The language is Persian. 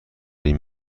این